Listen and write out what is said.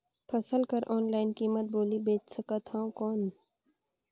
फसल कर ऑनलाइन कीमत बोली बेच सकथव कौन?